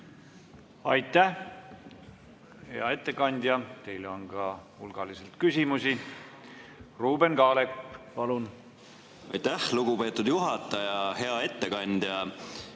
Aitäh! Hea ettekandja, teile on ka hulgaliselt küsimusi. Ruuben Kaalep, palun! Aitäh, lugupeetud juhataja! Hea ettekandja!